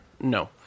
No